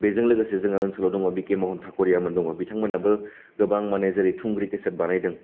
बेजों लोगोसे जोंहा ओनसोलाव दङ बिके महन थाकुरियामोन दङ बिथांमोनाबो गोबां माने जेरै थुंग्रि केसेट बानायदों